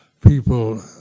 people